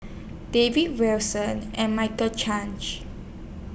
David Wilson and Michael Chiang